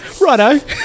Righto